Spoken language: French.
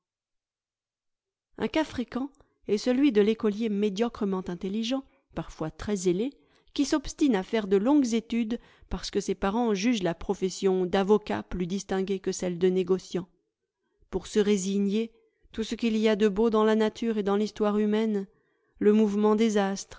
un cas fréquent est celui de l'écolier médiocrement intelligent parfois très zélé qui s'obstine à faire de longues études parce que ses parents jugent la profession d'avocat plus distinguée que celle de négociant pour ce résigné tout ce qu'il y a de beau dans la nature et dans l'histoire humaine le mouvement des